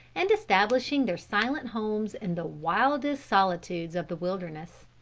and establishing their silent homes in the wildest solitudes of the wilderness.